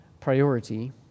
priority